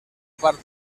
part